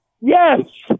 Yes